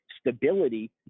stability